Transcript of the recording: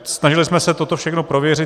Snažili jsme se toto všechno prověřit.